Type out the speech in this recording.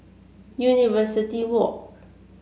University Walk